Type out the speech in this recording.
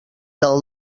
del